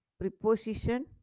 preposition